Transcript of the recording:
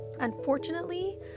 Unfortunately